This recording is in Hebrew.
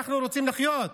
אנחנו רוצים לחיות.